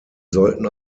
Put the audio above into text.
sollten